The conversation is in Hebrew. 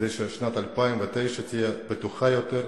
כדי ששנת 2011 תהיה בטוחה יותר לאזרחים.